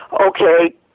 okay